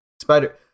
Spider